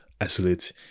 isolate